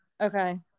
Okay